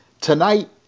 tonight